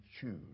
choose